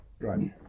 Right